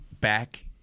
back